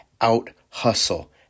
Out-hustle